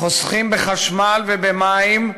חוסכים בחשמל ובמים,